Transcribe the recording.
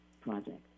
project